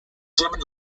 german